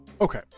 okay